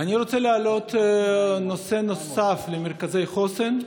אני רוצה להעלות נושא נוסף על מרכזי החוסן.